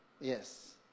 Yes